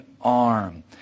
arm